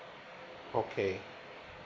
okay